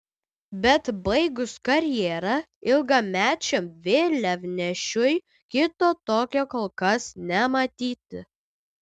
bet baigus karjerą ilgamečiam vėliavnešiui kito tokio kol kas nematyti